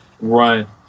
right